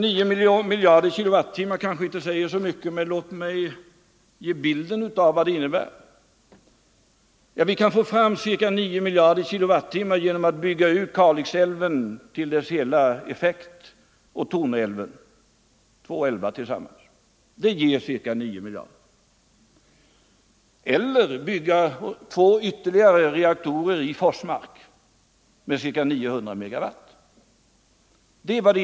Siffran 9 miljarder k Wh kanske inte säger så mycket, men låt mig ge en bild av vad detta skulle innebära. Vi kan få fram ca 9 miljarder kWh genom att bygga ut Kalixälven och Torneälven till deras hela effekt. Vi kan alternativt bygga två ytterligare reaktorer i Forsmark med en kapacitet av ca 900 MW vardera.